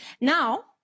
Now